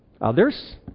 Others